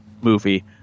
movie